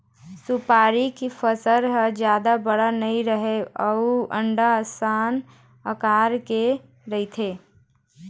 सुपारी के फर ह जादा बड़का नइ रहय अउ अंडा असन अकार के रहिथे